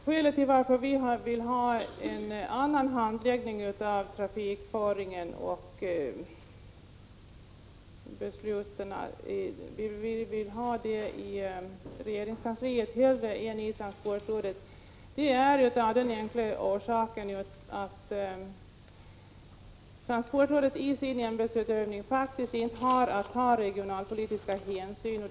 Skälet till att vi hellre ser att handläggningen av frågorna om trafikföringen och besluten sker i regeringskansliet än i transportrådet är att transportrådet faktiskt inte har att ta regionalpolitiska hänsyn i sin verksamhet.